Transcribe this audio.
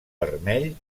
vermell